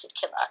killer